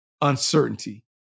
uncertainty